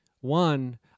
One